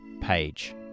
page